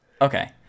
Okay